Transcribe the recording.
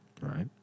right